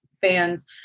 fans